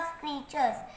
creatures